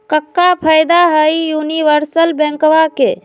क्का फायदा हई यूनिवर्सल बैंकवा के?